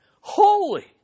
holy